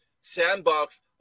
Sandbox